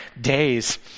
days